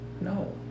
No